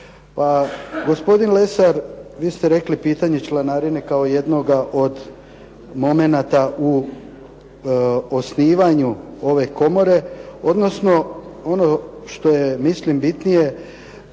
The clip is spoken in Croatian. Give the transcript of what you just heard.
Gospodin Lesar, vi ste rekli pitanje članarine kao jednoga od momenata u osnivanju ove komore odnosno ono što je mislim bitnije